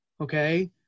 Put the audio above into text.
Okay